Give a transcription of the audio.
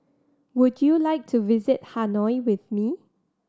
would you like to visit Hanoi with me